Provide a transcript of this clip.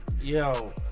Yo